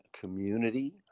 community